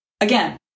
again